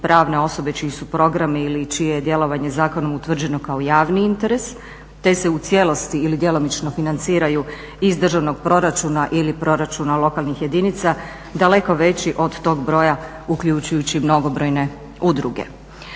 pravne osobe čiji su programi ili čije je djelovanje zakonom utvrđeno kao javni interes, te se u cijelosti ili djelomično financiraju iz državnog proračuna ili proračuna lokalnih jedinica daleko veći od tog broja uključujući mnogobrojne udruge.